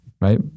Right